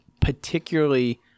particularly